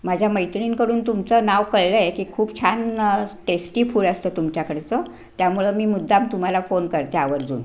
माझ्या मैत्रिणींकडून तुमचं नाव कळलं आहे की खूप छान टेस्टी फूड असतं तुमच्याकडचं त्यामुळं मी मुद्दाम तुम्हाला फोन करते आवर्जून